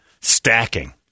stacking